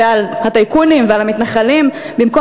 ועל הטייקונים ועל המתנחלים במקום